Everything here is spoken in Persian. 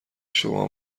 شما